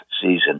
season